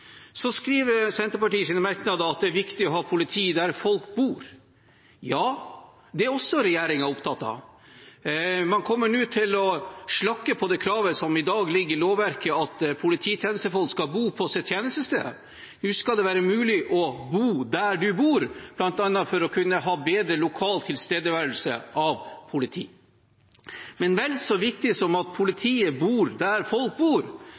Så skriver Senterpartiet i sine merknader at det er viktig å ha politi der folk bor. Ja, det er også regjeringen opptatt av. Man kommer nå til å slakke på kravet som i dag ligger i lovverket om at polititjenestefolk skal bo på sitt tjenestested. Nå skal det være mulig å bo der man bor, bl.a. for å kunne ha bedre lokal tilstedeværelse av politi. Men vel så viktig som at politiet bor der folk bor,